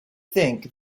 think